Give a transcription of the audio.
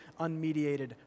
unmediated